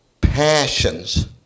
passions